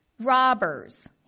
Robbers